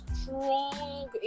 strong